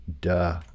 duh